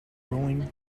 rolling